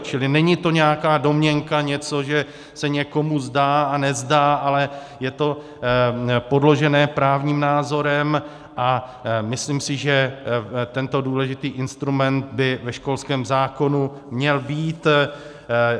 Čili to není nějaká domněnka, něco, že se někomu zdá a nezdá, ale je to podložené právním názorem a myslím si, že tento důležitý instrument by ve školském zákonu měl být.